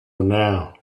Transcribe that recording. now